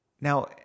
Now